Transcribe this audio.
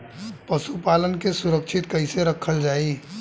पशुपालन के सुरक्षित कैसे रखल जाई?